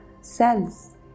cells